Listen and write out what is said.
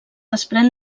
desprèn